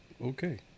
Okay